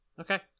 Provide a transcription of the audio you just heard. Okay